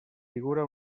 figura